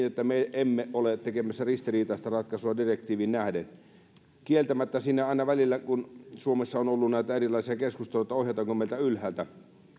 että me emme ole tekemässä ristiriitaista ratkaisua direktiiviin nähden kieltämättä aina välillä suomessa on ollut näitä erilaisia keskusteluja että ohjataanko meitä ylhäältä